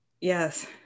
yes